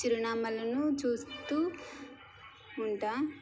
చిరునామాలను చూస్తూ ఉంటాను